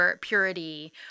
purity